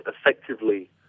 effectively